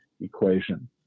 equation